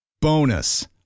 Bonus